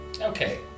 okay